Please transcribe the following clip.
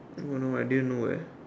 oh no I didn't know eh